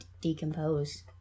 decompose